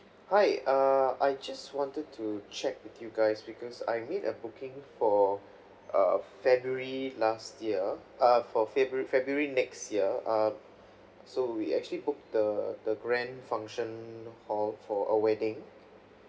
hi err I just wanted to check with you guys because I made a booking for uh february last year uh for february february next year uh so we actually booked the the grand function hall for a wedding